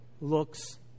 looks